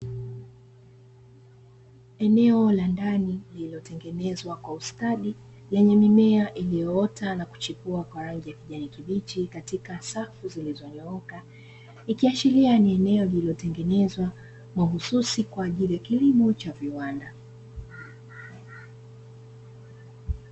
Eneo la ndani lililotengenezwa kwa ustadi lenye mimea iliyoota na kuchipua kwa rangi ya kijani kibichi katika safu zilizonyooka, ikiashiria ni eneo lililotengenezwa mahususi kwa ajili ya kilimo cha viwanda.